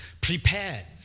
prepared